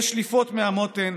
יש שליפות מהמותן.